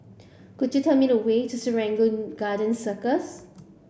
could you tell me the way to Serangoon Garden Circus